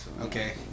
Okay